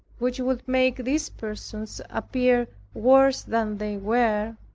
which would make these persons appear worse than they were.